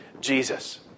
Jesus